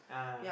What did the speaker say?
ah